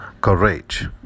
courage